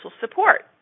support